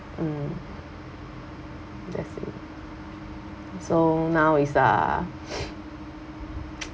mm just say so now is uh